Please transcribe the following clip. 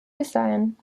design